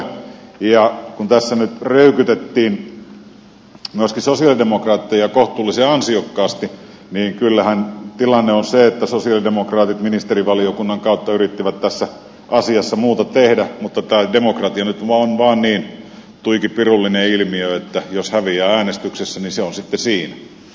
kun tässä nyt röykytettiin myöskin sosialidemokraatteja kohtuullisen ansiokkaasti niin kyllähän tilanne on se että sosialidemokraatit ministerivaliokunnan kautta yrittivät tässä asiassa muuta tehdä mutta tämä demokratia nyt on vaan niin tuiki pirullinen ilmiö että jos häviää äänestyksessä niin se on sitten siinä